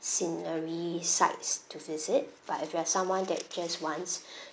scenery sites to visit but if you are someone that just wants